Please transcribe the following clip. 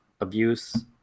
abuse